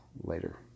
later